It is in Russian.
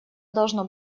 должно